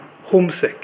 homesick